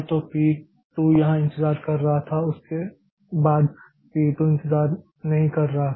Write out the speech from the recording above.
तो पी 2 यहां इंतजार कर रहा था और इसके बाद पी 2 इंतजार नहीं कर रहा था